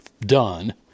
done